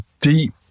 deep